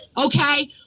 Okay